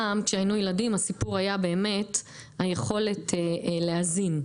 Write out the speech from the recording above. פעם כשהיינו ילדים הסיפור היה באמת היכולת להזין,